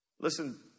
Listen